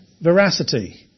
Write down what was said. veracity